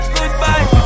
Goodbye